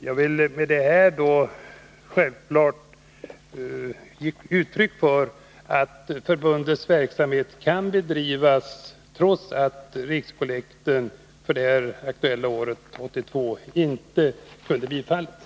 Jag vill med det sagda självfallet ge uttryck för att förbundets verksamhet kan bedrivas, trots att ansökan om rikskollekt avseende år 1982 inte kunde bifallas.